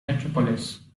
metropolis